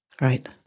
Right